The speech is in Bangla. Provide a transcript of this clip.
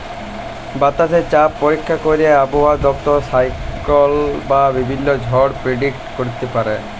বাতাসে চাপ পরীক্ষা ক্যইরে আবহাওয়া দপ্তর সাইক্লল বা বিভিল্ল্য ঝড় পের্ডিক্ট ক্যইরতে পারে